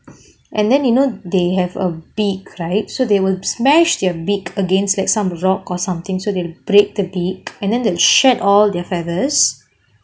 and then you know they have a beak right so they will smash their beak against like some rock or something so they will break the beak and then will shed all their feathers